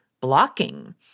blocking